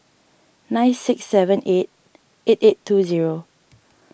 nine six seven eight eight eight two zero